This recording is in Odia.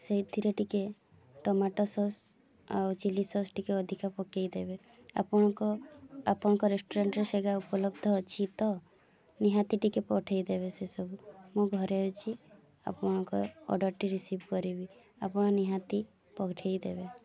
ସେଇଥିରେ ଟିକେ ଟୋମାଟୋ ସସ୍ ଆଉ ଚିଲ୍ଲି ସସ୍ ଟିକେ ଅଧିକା ପକାଇଦେବେ ଆପଣଙ୍କ ଆପଣଙ୍କ ରେଷ୍ଟୁରାଣ୍ଟର ସେଗା ଉପଲବ୍ଧ ଅଛି ତ ନିହାତି ଟିକେ ପଠାଇଦେବେ ସେସବୁ ମୁଁ ଘରେ ଅଛି ଆପଣଙ୍କ ଅର୍ଡ଼ରଟି ରିସିଭ୍ କରିବି ଆପଣ ନିହାତି ପଠାଇଦେବେ